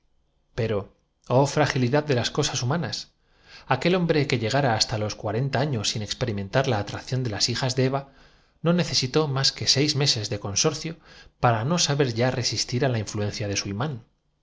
oh fragilidad de las cosas humanas aquel el capitán de húsares y yo á su asistente pendencia hombre que llegara hasta los cuarenta años sin expe que dentro de tres días llegarán de guarnición á ma rimentar la atracción de las hijas de eva no necesitó drid y que si nos viene usted con retruécanos verá más que seis meses de consorcio para no saber ya usted el escabeche de sabio que resulta resistir á la influencia de su imán